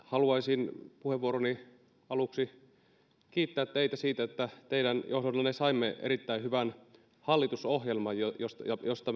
haluaisin puheenvuoroni aluksi kiittää teitä siitä että teidän johdollanne saimme erittäin hyvän hallitusohjelman josta